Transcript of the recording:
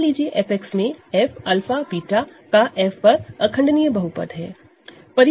मान लीजिए FX में f𝛂 β ओवर F का इररेडूसिबल पॉलीनॉमिनल है